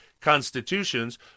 constitutions